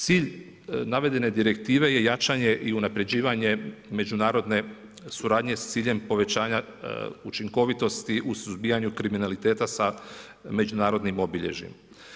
Cilj navedene Direktive je jačanje i unaprjeđivanje međunarodne suradnje s ciljem povećanja učinkovitosti u suzbijanju kriminaliteta sa međunarodnim obilježjem.